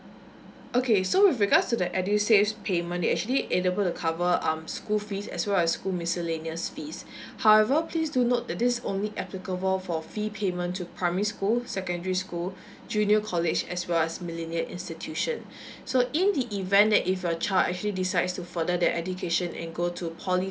okay so with regards to the edusave payment it actually able to cover um school fees as well as school miscellaneous fees however please do note this is only applicable for fee payment to primary school secondary school junior college as well as millenial institution so in the event that if your child actually decides to further their education and go to polytechnic